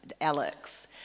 Alex